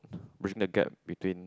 bridging the gap between